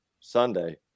Sunday